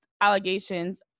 allegations